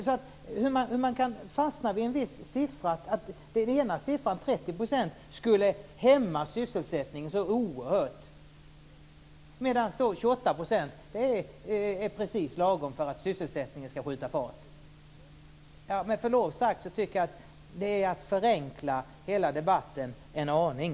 Hur kan man fastna vid att 30 % skulle hämma sysselsättningen så oerhört? Men 28 % är precis lagom för att sysselsättningen skall skjuta fart. Med förlov sagt är det att förenkla debatten en aning.